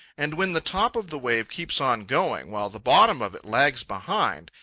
and when the top of the wave keeps on going, while the bottom of it lags behind,